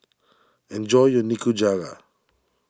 enjoy your Nikujaga